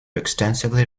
extensively